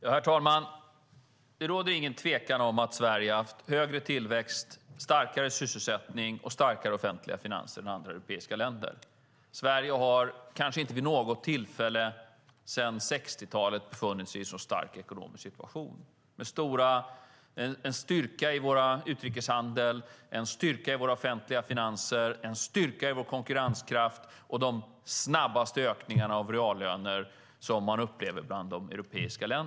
Herr talman! Det råder ingen tvekan om att Sverige har haft högre tillväxt, större sysselsättning och starkare offentliga finanser än andra europeiska länder. Sverige har nog inte vid något tillfälle sedan 60-talet befunnit sig i en sådan stark ekonomisk situation med en styrka i vår utrikeshandel, en styrka i våra offentliga finanser, en styrka i vår konkurrenskraft och den snabbaste ökningen av reallöner i Europa.